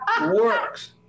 works